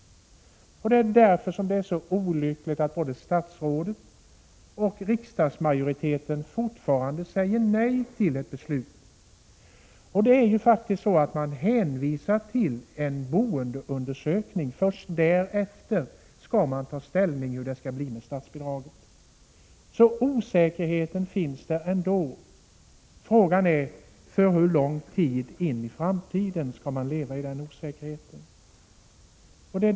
Därför är det så olyckligt att både statsrådet och riksdagsmajoriteten fortfarande säger nej till ett beslut. Man hänvisar faktiskt till en boendeundersökning, och först därefter skall man ta ställning till hur det skall bli med statsbidraget. Osäkerheten finns där alltså ändå. Frågan är: För hur lång tid in i framtiden skall man leva i den osäkerheten?